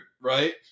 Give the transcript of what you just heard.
right